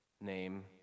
name